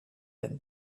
him